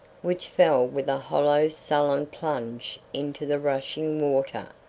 which fell with a hollow sullen plunge into the rushing water,